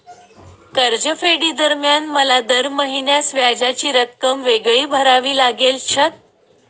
कर्जफेडीदरम्यान मला दर महिन्यास व्याजाची रक्कम वेगळी भरावी लागेल का?